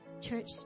Church